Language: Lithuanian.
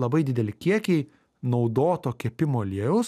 labai dideli kiekiai naudoto kepimo aliejaus